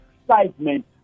excitement